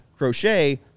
Crochet